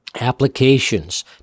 applications